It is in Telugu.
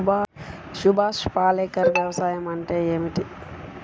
సుభాష్ పాలేకర్ వ్యవసాయం అంటే ఏమిటీ?